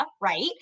right